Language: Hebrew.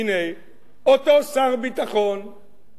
אותו שר ביטחון אישר